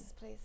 please